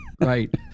right